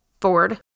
Ford